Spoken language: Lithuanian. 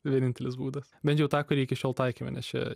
vienintelis būdas bent jau tą kurį iki šiol taikėme nes čia